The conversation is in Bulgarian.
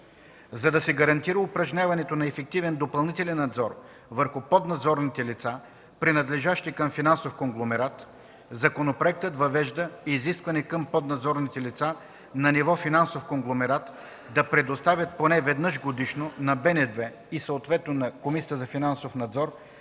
За да се гарантира упражняването на ефективен допълнителен надзор върху поднадзорните лица, принадлежащи към финансов конгломерат, законопроектът въвежда изискване към поднадзорните лица на ниво финансов конгломерат да предоставят поне веднъж годишно на Българската народна банка, съответно на Комисията за финансов надзор,